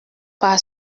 par